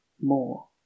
more